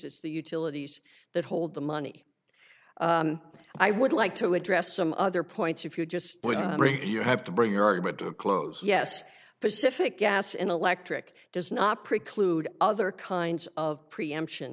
it's the utilities that hold the money i would like to address some other points if you just you have to bring your bit to a close yes pacific gas and electric does not preclude other kinds of preemption